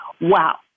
wow